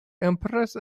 emperors